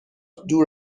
دور